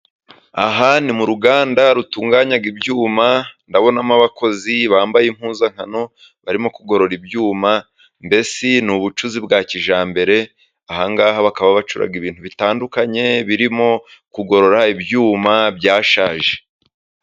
Aha ni mu ruganda rutunganya ibyuma, ndabonamo abakozi bambaye impuzankano, barimo kugorora ibyuma. Mbese ni ubucuzi bwa kijyambere, ahangaha bakaba bacura ibintu bitandukanye, birimo kugorora ibyuma byashaje.